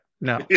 No